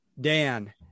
Dan